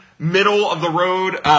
Middle-of-the-road